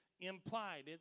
Implied